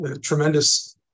tremendous